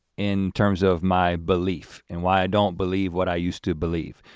in terms of my belief and why i don't believe what i used to believe.